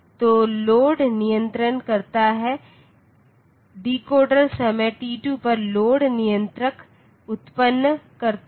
तो लोड नियंत्रित करता है डिकोडर समय t2 पर लोड नियंत्रक उत्पन्न करता है